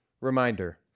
reminder